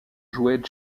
jouets